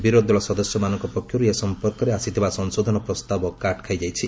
ବିରୋଧୀଦଳ ସଦସ୍ୟମାନଙ୍କ ପକ୍ଷରୁ ଏ ସମ୍ପର୍କରେ ଆସିଥିବା ସଂଶୋଧନ ପ୍ରସ୍ତାବ କାଟ୍ ଖାଇଯାଇଛି